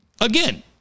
again